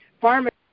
pharmacy